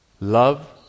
love